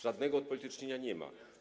Żadnego odpolitycznienia nie ma.